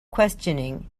questioning